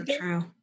true